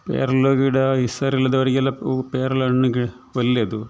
ಪೇರಲೆ ಗಿಡ ಹುಷಾರಿಲ್ಲದವರಿಗೆಲ್ಲ ಉ ಪೇರಲೆ ಹಣ್ ಗಿ ಒಳ್ಳೆದು